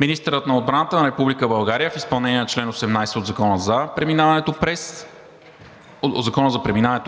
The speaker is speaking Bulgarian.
Министърът на отбраната на Република България в изпълнение на чл. 18 от Закона за преминаването